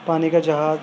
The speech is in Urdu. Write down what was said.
پانی کا جہاز